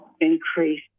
increase